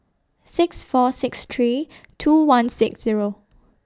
six four six three two one six Zero